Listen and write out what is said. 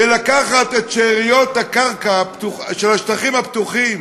ולקחת את שאריות הקרקע של השטחים הפתוחים